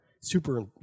Super